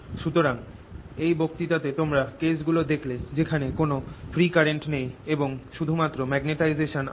সুতরাং এই বক্তৃতা তোমরা কেস গুলো দেখলে যেখানে কোন ফ্রী কারেন্ট নেই এবং শুধু মাত্র ম্যাগনেটাইজেশান আছে